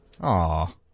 Aw